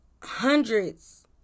hundreds